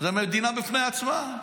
זה מדינה בפני עצמה.